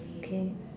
okay